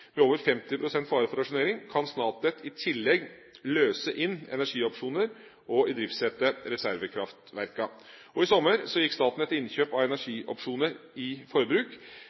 med over 50 pst. fare for rasjonering, kan Statnett i tillegg løse inn energiopsjoner og idriftsette reservekraftverkene. I sommer gikk Statnett til innkjøp av energiopsjoner i forbruk.